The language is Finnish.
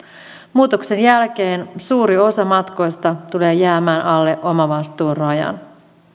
muutoksen jälkeen suuri osa matkoista tulee jäämään alle omavastuurajan